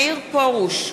מאיר פרוש,